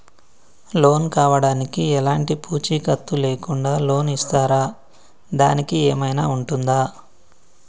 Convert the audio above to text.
Loan కావడానికి ఎలాంటి పూచీకత్తు లేకుండా లోన్ ఇస్తారా దానికి ఏమైనా ఉంటుందా?